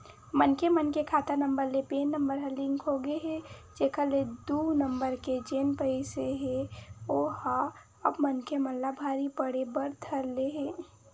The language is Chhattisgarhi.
मनखे मन के खाता नंबर ले पेन नंबर ह लिंक होगे हे जेखर ले दू नंबर के जेन पइसा हे ओहा अब मनखे मन ला भारी पड़े बर धर ले हे